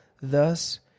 Thus